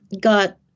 got